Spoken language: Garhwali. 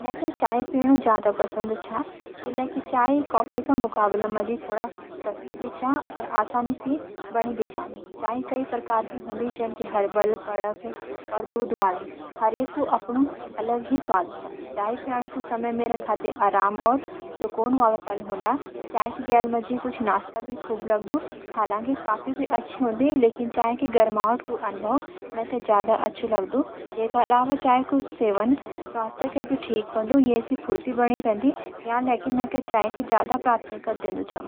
मेते चाय पीनू ज़्यादा पसंद छा। किलयकि चाय कॉफी का मुकाबला सस्ती भी छ और आसानी सी बनी भी जांदी। चाय काई प्रकार की होंदी जन की हरबल, कड़क और दूध वाली हर एक कू अपनु अलग ही स्वाद छ। चाही प्यान कू समय मेरा खातिर आराम और सुकुन वाला पल होंदा। चाय की गेल माजी कुछ नास्ता भी खूब लगदु। हलांकी कॉफ़ी भी अच्छी होदी लेकिन चाय की गर्माहट कू अनुभव मेते जादा अच्छु लगदु। येका अलावा चाय कू सेवन स्वास्थ्य का खातिर भी फ़ायदेमंद मने जांदू। यान ले की मैं चाय ते प्रथमिक्ता डेंदु छोन।